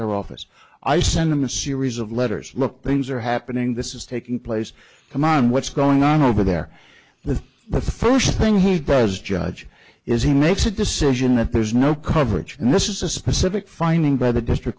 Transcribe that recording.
their office i send them a series of letters look things are happening this is taking place come on what's going on over there the first thing he does judge is he makes a decision and there's no coverage and this is a specific finding by the district